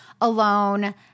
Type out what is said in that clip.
alone